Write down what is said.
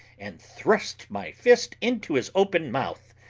and thrust my fist into his open mouth.